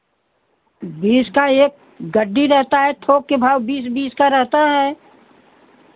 बीस का एक गड्डी रहता है थौक के भाव बीस बीस का रहता है